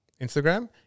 Instagram